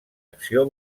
acció